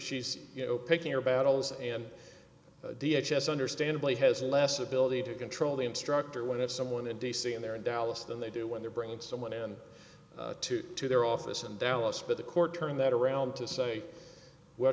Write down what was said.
she's you know picking your battles and d h has understandably has less ability to control the instructor when it's someone in d c in there in dallas than they do when they're bringing someone in to to their office in dallas but the court turned that around to say w